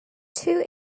two